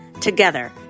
together